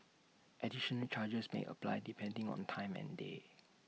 additional charges may apply depending on time and day